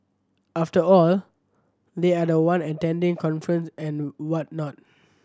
after all they are the one attending conferences and whatnot